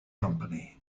company